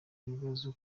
bibaza